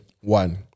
One